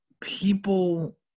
people